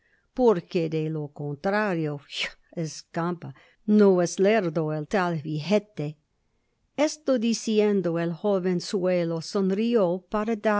que de lo contrario ya escampa no es lerdo el tal vejete esto diciendo el jovenzuelo sonrió